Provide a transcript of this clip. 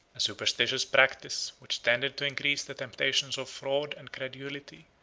a superstitious practice, which tended to increase the temptations of fraud, and credulity,